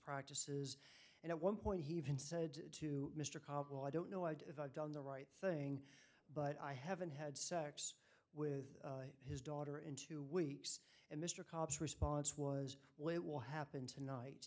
practices and at one point he even said to mr koppel i don't know i've done the right thing but i haven't had sex with his daughter in two weeks and mr cops response was what will happen tonight